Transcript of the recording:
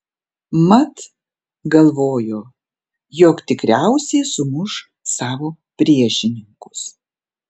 mat galvojo jog tikriausiai sumuš savo priešininkus